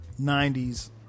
90s